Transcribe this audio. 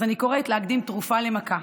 אז אני קוראת להקדים תרופה למכה,